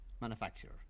manufacturer